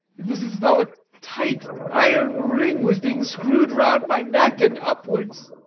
it was as though a tight iron ring was being screwed round my neck and upwards.